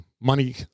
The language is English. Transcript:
money